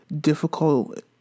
difficult